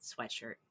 sweatshirt